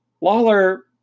Lawler